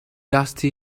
dusty